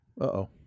Uh-oh